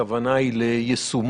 הכוונה היא ליישומון